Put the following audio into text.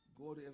God